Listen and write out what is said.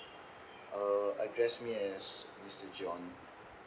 uh address me as mister john